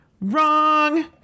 wrong